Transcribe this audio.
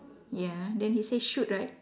ya then he say shoot right